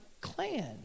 clan